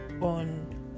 on